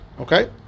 Okay